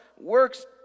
works